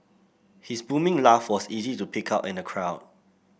his booming laugh was easy to pick out in the crowd